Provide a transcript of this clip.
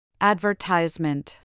Advertisement